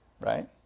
Right